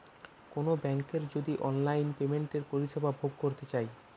কোনো বেংকের যদি অনলাইন পেমেন্টের পরিষেবা ভোগ করতে চাই